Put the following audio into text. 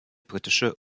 britische